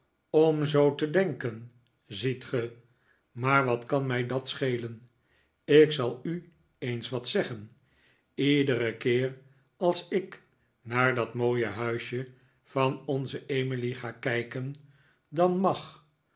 om zoo te denken ziet ge maar wat kan mij dat schelen ik zal u eens wat zeggen iederen keer als ik naar dat mooie huisje van onze emily ga kijken dan mag